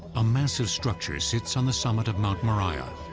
a massive structure sits on the summit of mount moriah.